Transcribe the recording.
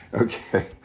Okay